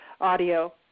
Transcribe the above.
audio